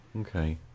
okay